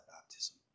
baptism